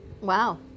wow